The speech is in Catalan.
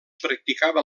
practicaven